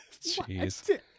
Jeez